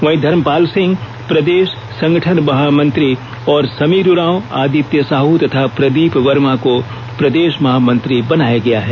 वहीं धर्मपाल सिंह प्रदेष संगठन महामंत्री और समीर उरांव आदित्य साह तथा प्रदीप वर्मा को प्रदेष महामंत्री बनाया गया है